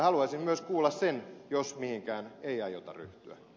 haluaisin myös kuulla sen jos mihinkään ei aiota ryhtyä